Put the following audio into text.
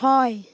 ছয়